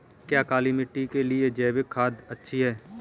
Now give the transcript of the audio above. क्या काली मिट्टी के लिए जैविक खाद अच्छी है?